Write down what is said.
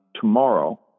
tomorrow